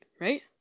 right